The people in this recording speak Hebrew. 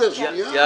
הצעה לסדר, שנייה.